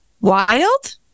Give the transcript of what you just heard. wild